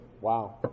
Wow